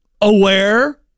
aware